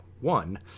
one